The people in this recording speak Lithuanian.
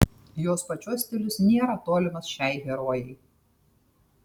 jos pačios stilius nėra tolimas šiai herojai